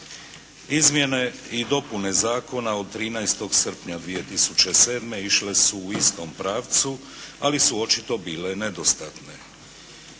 Izmjene i dopune zakona od 13. srpnja 2007. išle su u istom pravcu, ali su očito bile nedostatne.